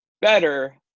better